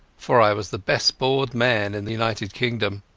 for i was the best bored man in the united kingdom.